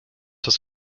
das